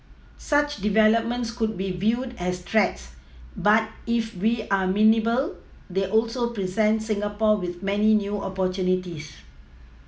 such developments could be viewed as threats but if we are nimble they also present Singapore with many new opportunities